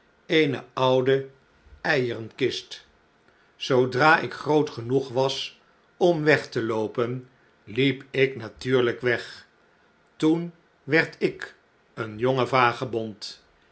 eene oude eierenkist zoodra ik groot genoeg was om weg te loopen hep ik natuurlijk weg toen werd ik een jonge vagebond